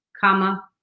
comma